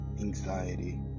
anxiety